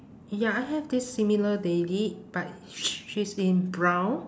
ya I have this similar lady but she is in brown